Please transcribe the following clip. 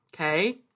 okay